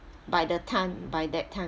by the time by that time